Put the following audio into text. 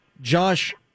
Josh